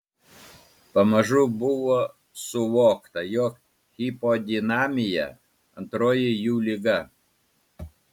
pamažu buvo suvokta jog hipodinamija antroji jų liga